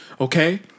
Okay